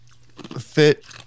fit